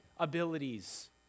abilities